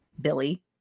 Billy